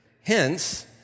Hence